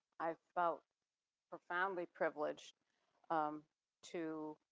i felt profoundly privileged um to,